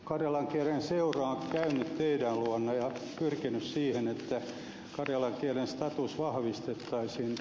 karjalan kielen seura on käynyt teidän luonanne ja pyrkinyt siihen että karjalan kielen status vahvistettaisiin